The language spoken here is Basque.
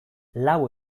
lau